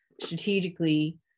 strategically